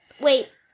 wait